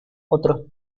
otros